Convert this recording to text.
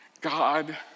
God